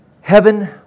heaven